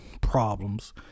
problems